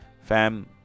fam